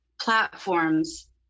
platforms